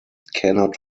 cannot